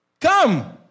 come